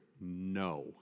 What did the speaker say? no